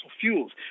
fuels